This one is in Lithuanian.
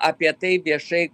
apie tai viešai